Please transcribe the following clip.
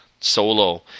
Solo